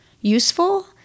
useful